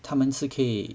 他们是可以